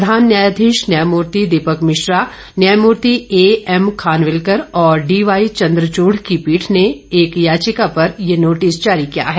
प्रधान न्यायाधीश न्यायमूर्ति दीपक मिश्रा न्यायमूर्ति एएम खानविलकर और डीवाई चन्द्रचूड़ की पीठ ने एक याचिका पर ये नोटिस जारी किया है